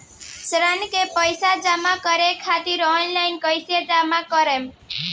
ऋण के पैसा जमा करें खातिर ऑनलाइन कइसे जमा करम?